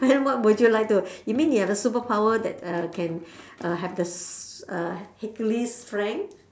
then what would you like to you mean you have the superpower that uh can uh have the uh hercules strength